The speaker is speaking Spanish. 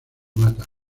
mata